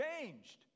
changed